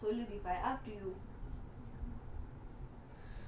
up to you